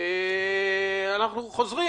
ואנחנו חוזרים.